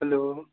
hello